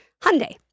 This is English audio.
Hyundai